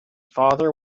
father